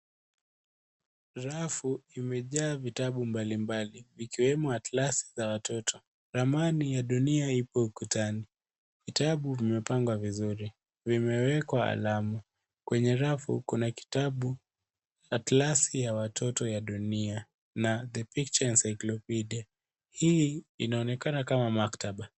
Rafu imejaa vitabu mbalimbali vikiwemo Atlas za watoto. Ramani ya dunia ipo ukutani. Vitabu vimepangwa vizuri. Vimewekwa alama. Kwenye rafu, kuna kitabu [csAtlas ya watoto ya dunia na The Pictures Encyclopedia . Hii inaonekana kama maktaba.